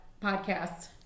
podcast